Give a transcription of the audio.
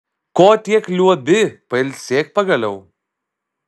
ko tiek liuobi pailsėk pagaliau